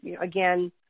again